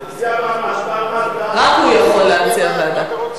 רק הוא יכול להציע ועדה.